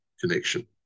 connection